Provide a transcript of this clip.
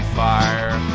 fire